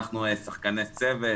אנחנו שחקני צוות,